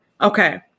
Okay